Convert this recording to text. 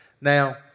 Now